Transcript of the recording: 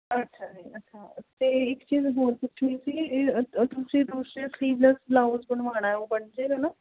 ਅੱਛਾ ਜੀ ਅੱਛਾ ਅਤੇ ਇੱਕ ਚੀਜ਼ ਹੋਰ ਪੁੱਛਣੀ ਸੀ ਤੁਸੀਂ ਦੂਸਰੇ ਸਲੀਵਲੈੱਸ ਬਲਾਉਜ਼ ਬਣਵਾਉਣਾ ਉਹ ਬਣ ਜੇਗਾ ਨਾ